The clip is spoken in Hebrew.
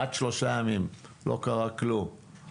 עד שלושה ימים לא קרה כלום.